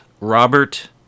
Robert